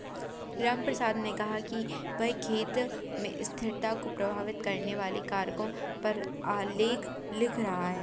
रामप्रसाद ने कहा कि वह खेती में स्थिरता को प्रभावित करने वाले कारकों पर आलेख लिख रहा है